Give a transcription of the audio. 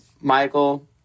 Michael